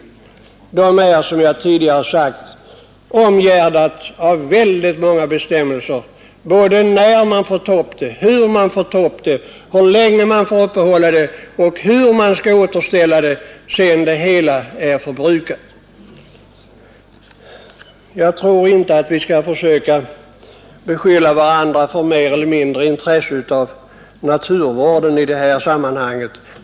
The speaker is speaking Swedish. Dessa förhållanden är, som jag tidigare sagt, omgärdade av ett stort antal bestämmelser avseende tidpunkten för ingreppet, sättet för dess genomförande, dess varaktighet och återställandet efter verksamhetens upphörande. Jag tycker därför inte att vi skall beskylla varandra för bristande intresse för naturvården i detta sammanhang.